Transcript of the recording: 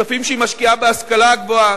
בכספים שהיא משקיעה בהשכלה הגבוהה,